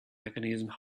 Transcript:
mechanisms